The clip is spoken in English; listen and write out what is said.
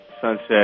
sunset